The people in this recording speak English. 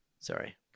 sorry